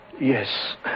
Yes